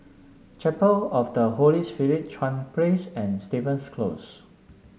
Chapel of the Holy Spirit Chuan Place and Stevens Close